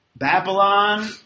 Babylon